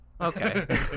Okay